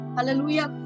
Hallelujah